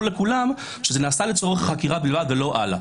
לכולם שזה נעשה לצורך החקירה בלבד ולא הלאה.